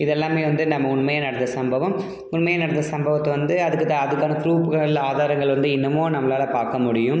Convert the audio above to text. இது எல்லாமே வந்து நம்ம உண்மையாக நடந்த சம்பவம் உண்மையாக நடந்த சம்பவத்தை வந்து அதுக்குத் தான் அதுக்கான ப்ரூஃப்கள் ஆதாரங்கள் வந்து இன்னமும் நம்மளால் பார்க்க முடியும்